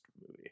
movie